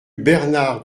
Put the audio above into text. bernard